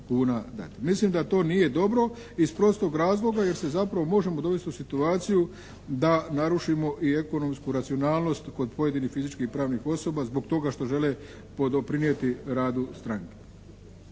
Mislim da to nije dobro iz prostog razloga jer se zapravo možemo dovesti u situaciju da narušimo i ekonomsku racionalnost kod pojedinih fizičkih i pravnih osoba zbog toga što žele doprinijeti radu stranke.